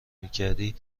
میکردی